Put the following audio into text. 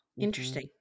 Interesting